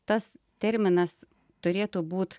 tas terminas turėtų būt